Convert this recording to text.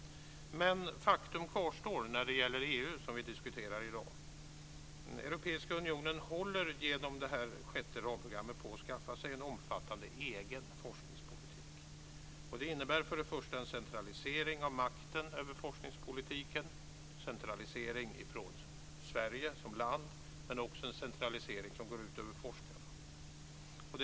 Men faktum kvarstår när det gäller EU som vi diskuterar i dag, att Europeiska unionen håller med hjälp av sjätte ramprogrammet på att skaffa sig en omfattande forskningspolitik. Det innebär först och främst en centralisering av makten över forskningspolitiken. Det är en centralisering från Sverige som land men också en centralisering som går ut över forskarna.